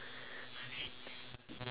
so